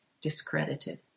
discredited